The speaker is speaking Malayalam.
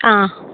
ആ